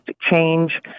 change